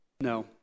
No